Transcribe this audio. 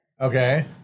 Okay